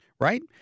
Right